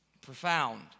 Profound